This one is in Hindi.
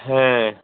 ह